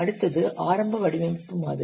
அடுத்தது ஆரம்ப வடிவமைப்பு மாதிரி